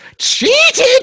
Cheated